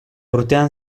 urtean